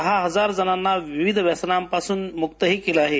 दहा हजार जणांना विविध व्यसनांपासून मुक्तही केल आहे